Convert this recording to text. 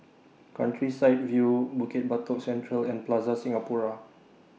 Countryside View Bukit Batok Central and Plaza Singapura